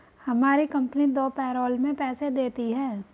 हमारी कंपनी दो पैरोल में पैसे देती है